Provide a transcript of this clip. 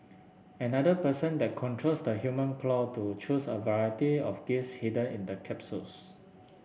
another person then controls the human claw to choose a variety of gifts hidden in capsules